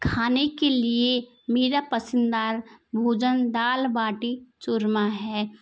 खाने के लिए मेरा पसंददार भोजन दाल बाटी चूरमा है